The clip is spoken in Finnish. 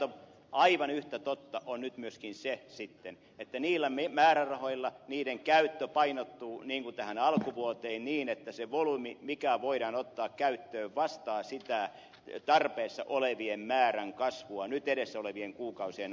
filatov aivan yhtä totta on nyt myöskin sitten se että niiden määrärahojen käyttö painottuu tähän alkuvuoteen niin että se volyymi mikä voidaan ottaa käyttöön vastaa sitä tarpeessa olevan määrän kasvua nyt edessä olevien kuukausien aikana